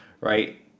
Right